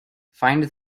find